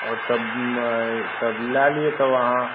ओ तब तब लए लिअ तब अहाँ